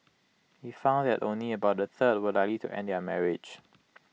he found that only about A third were likely to end their marriage